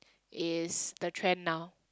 is the trend now